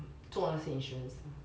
做那些 insurance